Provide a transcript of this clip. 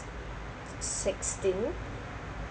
sixteen